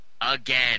Again